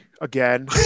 again